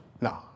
No